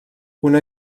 una